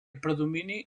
predomini